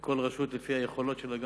כל רשות לפי היכולות שלה.